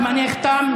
זמנך תם.